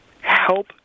help